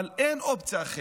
אבל אין אופציה אחרת.